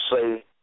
say